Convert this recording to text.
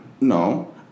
No